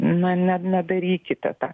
na ne nedarykite tą